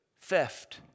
theft